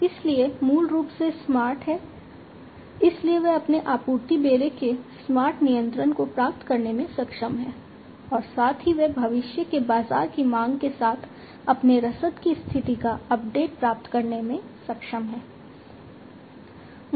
इसलिए मूल रूप से स्मार्ट हैं इसलिए वे अपने आपूर्ति बेड़े के स्मार्ट नियंत्रण को प्राप्त करने में सक्षम हैं और साथ ही वे भविष्य के बाजार की मांग के साथ अपने रसद की स्थिति का अपडेट प्राप्त करने में सक्षम हैं